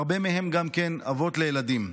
והרבה מהם גם אבות לילדים.